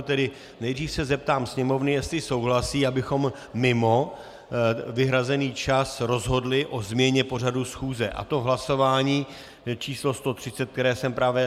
Tedy nejdřív se zeptám Sněmovny, jestli souhlasí, abychom mimo vyhrazený čas rozhodli o změně pořadu schůze, a to v hlasování číslo 130, které jsem právě zahájil.